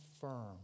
firm